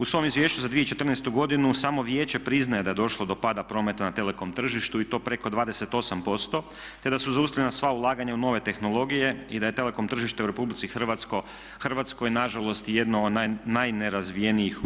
U svom izvješću za 2014.godinu samo vijeće priznaje da je došlo do pada prometa na telekom tržištu i to preko 28% te da su zaustavljena sva ulaganja u nove tehnologije i da je telekom tržište u RH nažalost jedno od najnerazvijenijih u EU.